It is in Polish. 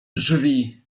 drzwi